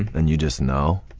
and you just know?